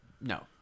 No